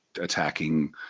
attacking